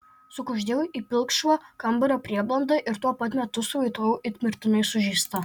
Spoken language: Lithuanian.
sukuždėjau į pilkšvą kambario prieblandą ir tuo pat metu suvaitojau it mirtinai sužeista